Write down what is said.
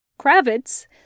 Kravitz